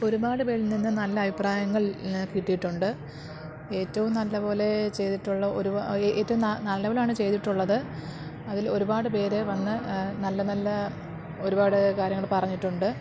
ഒരുപാട് പേരിൽനിന്നും നല്ല അഭിപ്രായങ്ങൾ കിട്ടിയിട്ടുണ്ട് ഏറ്റവും നല്ലപോലെ ചെയ്തിട്ടുള്ള ഒരു ഏറ്റവും നല്ലപോലെ ആണ് ചെയ്തിട്ടുള്ളത് അതിൽ ഒരുപാട് പേർ വന്ന് നല്ലനല്ല ഒരുപാട് കാര്യങ്ങൾ പറഞ്ഞിട്ടുണ്ട്